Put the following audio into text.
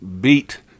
beat